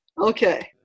Okay